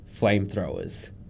flamethrowers